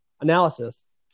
analysis